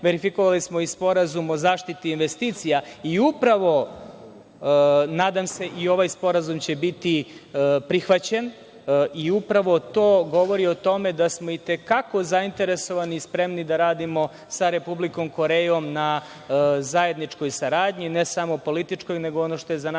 verifikovali smo i Sporazum o zaštiti investicija i upravo, nadam se, i ovaj sporazum će biti prihvaćen i upravo to govori o tome da smo itekako zainteresovani i spremni da radimo sa Republikom Korejom na zajedničkoj saradnji, ne samo političkoj, nego ono što je za našu